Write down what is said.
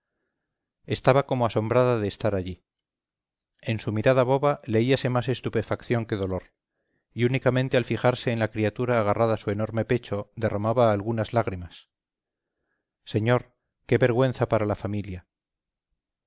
estaba como asombrada de estar allí en su mirada boba leíase más estupefacción que dolor y únicamente al fijarse en la criatura agarrada a su enorme pecho derramaba algunas lágrimas señor qué vergüenza para la familia